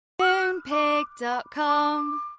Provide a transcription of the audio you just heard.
Moonpig.com